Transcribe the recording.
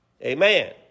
Amen